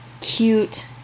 cute